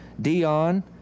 Dion